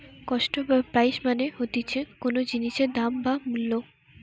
cost বা price মানে হতিছে কোনো জিনিসের দাম বা মূল্য